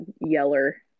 yeller